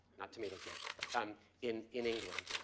not tomatoes yet um in, in england.